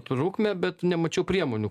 trukmę bet nemačiau priemonių